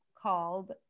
called